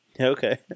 Okay